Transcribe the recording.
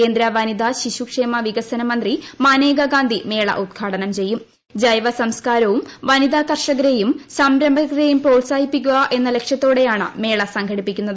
കേന്ദ്രവനിത ശിശു ക്ഷേമ വികസനമന്ത്രി മനേക ഗാന്ധി മേള ഉദ്ഘാടനം വനിത കർഷകരെയും സംരംഭകരെയും പ്രോത്സാഹിപ്പിക്കുക എന്ന ലക്ഷ്യത്തോടെയാണ് മേള സംഘടിപ്പിക്കുന്നത്